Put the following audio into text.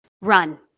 run